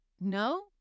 No